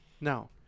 Now